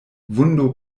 vundo